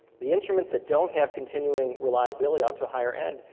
the instruments that don't have continuing reliability out to a higher end,